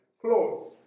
clothes